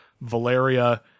Valeria